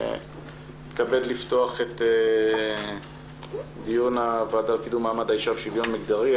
אני מתכבד לפתוח את דיון הוועדה לקידום מעמד האישה ולשוויון מגדרי.